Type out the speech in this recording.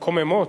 מקוממות.